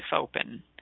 open